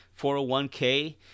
401K